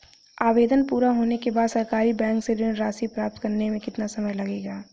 आवेदन पूरा होने के बाद सरकारी बैंक से ऋण राशि प्राप्त करने में कितना समय लगेगा?